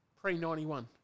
pre-91